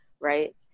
right